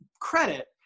credit